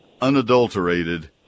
unadulterated